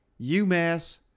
UMass